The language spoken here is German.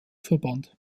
verband